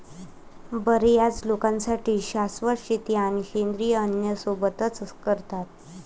बर्याच लोकांसाठी शाश्वत शेती आणि सेंद्रिय अन्न सोबतच करतात